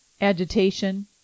agitation